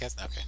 okay